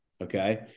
Okay